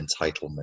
entitlement